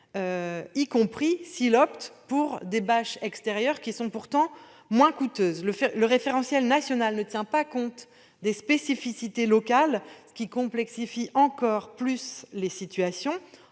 y compris en optant pour des bâches extérieures, pourtant moins coûteuses. Le référentiel national ne tient pas compte des spécificités locales, ce qui complexifie encore la situation.